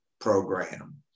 Program